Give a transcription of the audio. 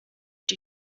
die